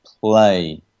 play